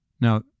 now